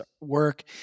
work